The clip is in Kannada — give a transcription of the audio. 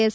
ಎಸ್